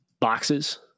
boxes